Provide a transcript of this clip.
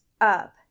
up